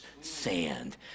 sand